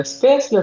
Space